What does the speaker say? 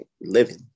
Living